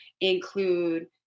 include